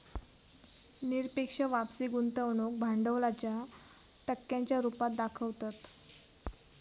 निरपेक्ष वापसी गुंतवणूक भांडवलाच्या टक्क्यांच्या रुपात दाखवतत